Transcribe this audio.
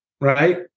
right